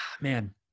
man